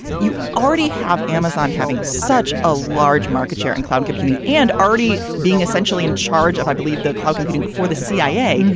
you already have amazon having such a large market share in cloud computing and already being essentially in charge of, i believe, the cloud computing for the cia.